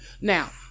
Now